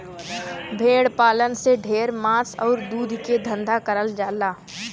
भेड़ पालन से ढेर मांस आउर दूध के धंधा करल जाला